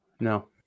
No